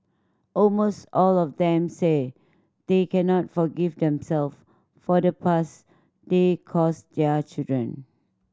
almost all of them say they cannot forgive themself for the purse they cause their children